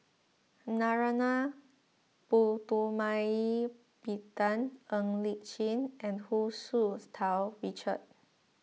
Narana Putumaippittan Ng Li Chin and Hu Tsu Tau Richard